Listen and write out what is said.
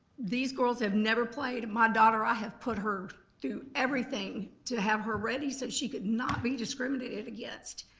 these girls have never played and my daughter, i have put her through everything to have her ready so she could not be discriminated against.